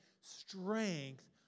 Strength